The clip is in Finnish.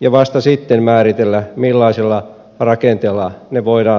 ja vasta sitten sen mää rittely millaisilla rakenteilla ne voidaan järjestää